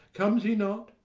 comes he not?